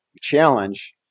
challenge